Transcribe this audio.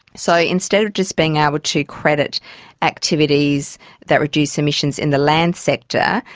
so instead of just being able to credit activities that reduce emissions in the land sector,